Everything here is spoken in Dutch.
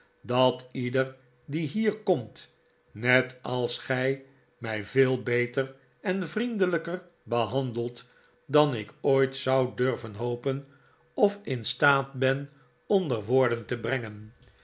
dat ieder die hier komt net als gij mij veel beter en vriendelijker behandelt dan ik ooit zou durven hopen of in een uitnoodiging voor een feestmaal staat ben onder woorden te brengen